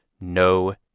no